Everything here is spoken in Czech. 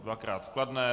Dvakrát kladné.